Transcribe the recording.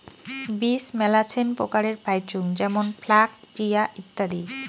বীজ মেলাছেন প্রকারের পাইচুঙ যেমন ফ্লাক্স, চিয়া, ইত্যাদি